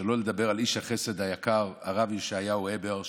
שלא לדבר על איש החסד היקר הרב ישעיהו הבר,